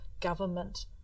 government